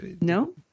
No